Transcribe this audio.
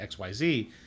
XYZ